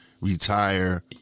retire